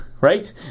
Right